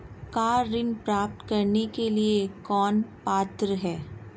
Car ऋण प्राप्त करने के लिए कौन पात्र है?